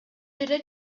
жерде